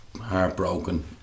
heartbroken